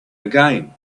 again